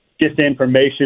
disinformation